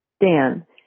Dan